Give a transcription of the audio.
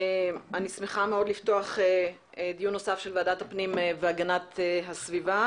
אני שמחה מאוד לפתוח דיון נוסף של ועדת הפנים והגנת הסביבה.